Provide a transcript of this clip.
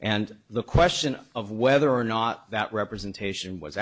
and the question of whether or not that representation was